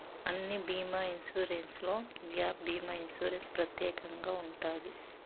అన్ని బీమా ఇన్సూరెన్స్లో గ్యాప్ భీమా ఇన్సూరెన్స్ ప్రత్యేకంగా ఉంటది